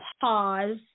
pause